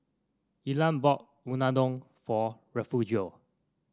Ilah bought Unadon for Refugio